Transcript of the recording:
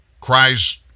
cries